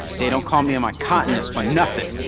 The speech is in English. they don't call me a mycotanist for nothing!